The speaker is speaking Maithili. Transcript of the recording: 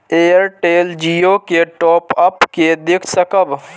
एयरटेल जियो के टॉप अप के देख सकब?